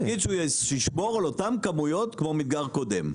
נגיד שישמור על אותם כמויות כמו מדגר קודם.